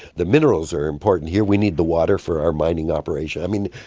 the minerals are important here, we need the water for our mining operation. i mean,